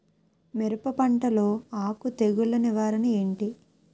మిరప పంటలో ఆకు తెగులు నివారణ ఏంటి?